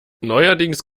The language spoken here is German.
neuerdings